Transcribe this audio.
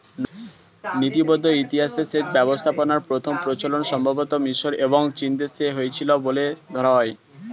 নথিবদ্ধ ইতিহাসে সেচ ব্যবস্থাপনার প্রথম প্রচলন সম্ভবতঃ মিশর এবং চীনদেশে হয়েছিল বলে ধরা হয়